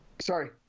Sorry